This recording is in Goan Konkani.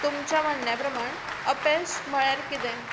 तुमच्या म्हणण्या प्रमाण अपयश म्हळ्यार कितें